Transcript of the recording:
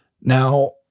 Now